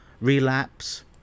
relapse